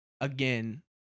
again